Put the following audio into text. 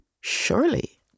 surely